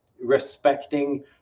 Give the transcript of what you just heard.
respecting